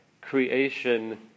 creation